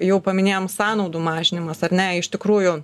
jau paminėjom sąnaudų mažinimas ar ne iš tikrųjų